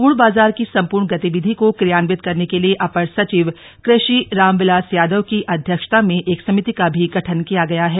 अपूर्ण बाजार की सम्पूर्ण गतिविधि को क्रियान्वित करने के लिए अपर सचिव कृषि रामविलास यादव की अध्यक्षता में एक समिति का भी गठन किया गया है